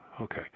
Okay